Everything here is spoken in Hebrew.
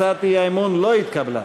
הצעת האי-אמון לא התקבלה.